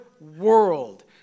world